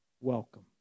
welcome